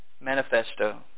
manifesto